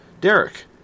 Derek